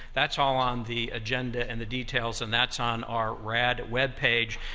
that's all on the agenda and the details, and that's on our rad web page,